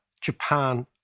Japan